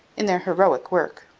in their heroic work.